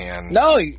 No